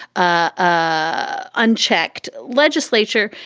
ah unchecked legislature.